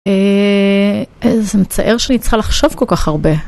זה מצער שאני צריכה לחשוב כל כך הרבה.